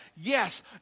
Yes